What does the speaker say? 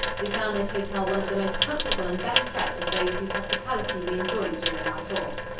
we found this hotel one of the most comfortable and best kept of those whose hospitality we enjoyed during our tour.